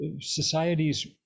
societies